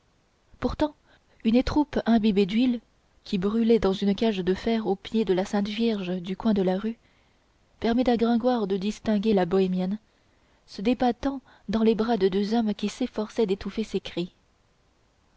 pourtant une étoupe imbibée d'huile qui brûlait dans une cage de fer aux pieds de la sainte-vierge du coin de la rue permit à gringoire de distinguer la bohémienne se débattant dans les bras de deux hommes qui s'efforçaient d'étouffer ses cris